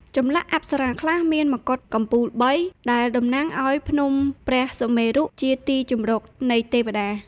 ចម្លាក់អប្សរាខ្លះមានមកុដកំពូលបី ដែលតំណាងឱ្យភ្នំព្រះសុមេរុ ជាទីជម្រកនៃទេវតា។